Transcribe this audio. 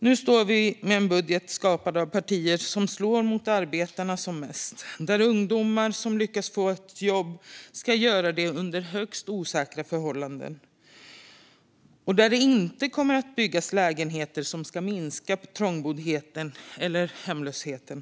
Nu står vi med en budget skapad av partier som slår hårdast mot arbetarna, där ungdomar som lyckas få ett jobb ska göra det under högst osäkra förhållanden och där det inte kommer att byggas lägenheter som ska minska trångboddheten eller hemlösheten.